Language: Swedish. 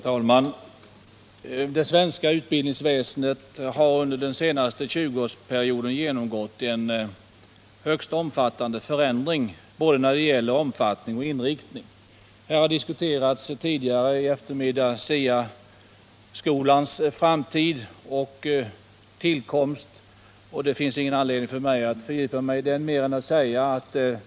Herr talman! Det svenska utbildningsväsendet har under den senaste tjugoårsperioden genomgått en högst omfattande förändring när det gäller både omfattning och inriktning. Tidigare i eftermiddag har man diskuterat SIA-skolans framtid och tillkomst, och det finns ingen anledning för mig att fördjupa mig i den diskussionen.